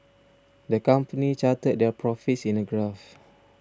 the company charted their profits in a graph